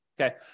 okay